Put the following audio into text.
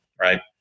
right